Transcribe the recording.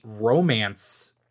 romance